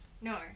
no